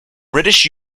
british